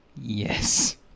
Yes